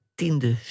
tiende